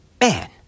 Man